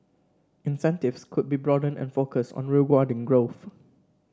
incentives could be broadened and focused on rewarding growth